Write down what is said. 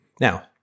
Now